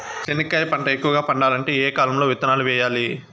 చెనక్కాయ పంట ఎక్కువగా పండాలంటే ఏ కాలము లో విత్తనాలు వేయాలి?